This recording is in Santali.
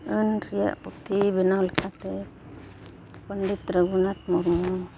ᱟᱹᱱ ᱨᱮᱭᱟᱜ ᱯᱩᱛᱷᱤ ᱵᱮᱱᱟᱣ ᱞᱮᱠᱟᱛᱮ ᱯᱚᱸᱰᱤᱛ ᱨᱚᱜᱷᱩᱱᱟᱛᱷ ᱢᱩᱨᱢᱩ